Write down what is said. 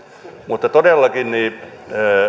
mutta todellakin